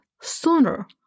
sooner